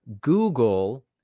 Google